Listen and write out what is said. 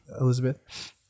Elizabeth